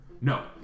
No